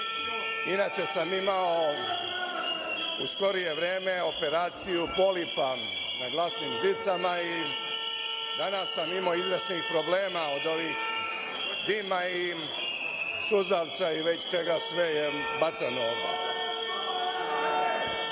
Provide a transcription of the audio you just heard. inače sam imao u skorije vreme operaciju polipa na glasnim žicama i danas sam imao izvesnih problema od dima i suzavca i još šta je sve bacano ovde,